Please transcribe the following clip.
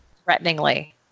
Threateningly